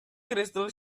crystal